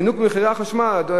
זינוק במחירי החשמל,